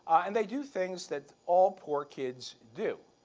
and they do things that all poor kids do.